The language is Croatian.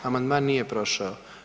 Amandman nije prošao.